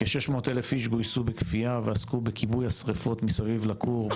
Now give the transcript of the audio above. כ-600,000 אנשים גויסו בכפייה ועסקו בכיבוי השריפות מסביב לכור,